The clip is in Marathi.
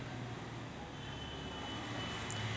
माय डेबिट कार्ड हरोल्यास काय करा लागन?